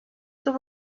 there